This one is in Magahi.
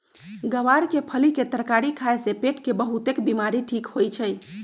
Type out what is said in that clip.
ग्वार के फली के तरकारी खाए से पेट के बहुतेक बीमारी ठीक होई छई